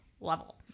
level